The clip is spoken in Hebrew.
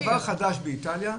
דבר חדש באיטליה,